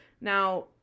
Now